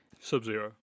Sub-zero